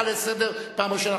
היום אתה מאוד פעיל.